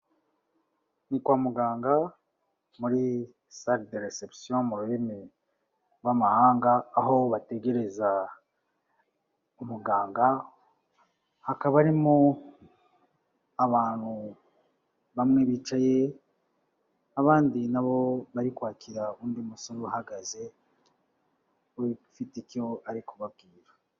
Ni kwa muganga muri salle de recption mu rurimi rw'amahanga, aho bategereza umuganga hakaba harimo abantu bamwe bicaye abandi nabo bari kwakira undi musore uhagaze we ufite icyo ari kubabwira.